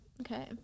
Okay